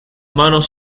manos